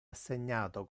assegnato